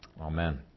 Amen